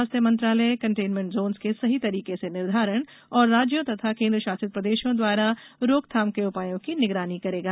स्वास्थ्य मंत्रालय containment zones के सही तरीके से निर्धारण और राज्यों तथा केन्द्र शासित प्रदेशों द्वारा रोकथाम के उपायों की निगरानी करेगा